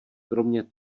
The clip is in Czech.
kromě